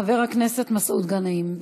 חבר הכנסת מסעוד גנאים,